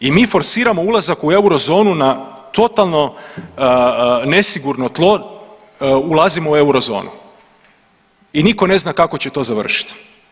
I mi forsiramo ulazak u eurozonu na totalno nesigurno tlo ulazimo u eurozonu i nitko ne zna kako će to završiti.